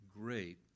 great